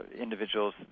individuals